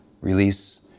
release